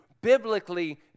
biblically